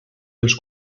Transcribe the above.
els